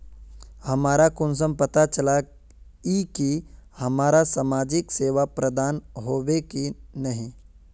हमरा कुंसम पता चला इ की हमरा समाजिक सेवा प्रदान होबे की नहीं?